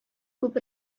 күп